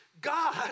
God